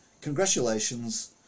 Congratulations